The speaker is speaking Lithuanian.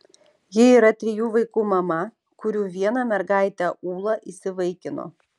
ji yra trijų vaikų mama kurių vieną mergaitę ūlą įsivaikino